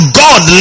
god